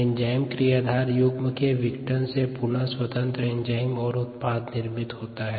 enzyme क्रियाधार युग्म के विघटन से पुनः स्वतंत्र एंजाइम और उत्पाद निर्मित होता है